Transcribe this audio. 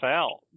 out